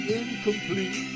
incomplete